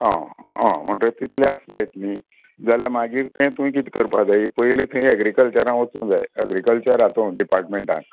आं आं मण्ट तितली आस इतली जाल्या मागी तें तुयें कितें करपा जाय पयले थंय एग्रीकल्चरा वचूंक जाय एग्रीकल्चर हातून डिपार्टमेंटाक